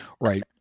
right